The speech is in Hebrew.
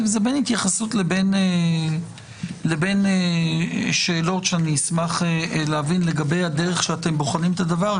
זה בין התייחסות לבין שאלות שאשמח להבין לגבי הדרך שאתם בוחנים את הדבר,